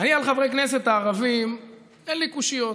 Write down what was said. אני אל חברי כנסת הערבים אין לי קושיות.